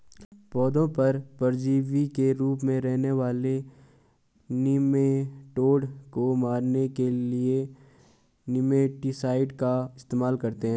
पौधों पर परजीवी के रूप में रहने वाले निमैटोड को मारने के लिए निमैटीसाइड का इस्तेमाल करते हैं